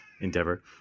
endeavor